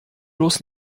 bloß